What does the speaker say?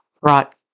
brought